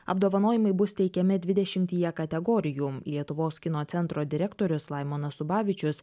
apdovanojimai bus teikiami dvidešimtyje kategorijų lietuvos kino centro direktorius laimonas ubavičius